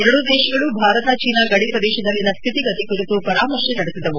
ಎರಡೂ ದೇಶಗಳು ಭಾರತ ಚೀನಾ ಗಡಿ ಪ್ರದೇಶದಲ್ಲಿನ ಸ್ಥಿತಿಗತಿ ಕುರಿತು ಪರಾಮರ್ಶೆ ನಡೆಸಿದವು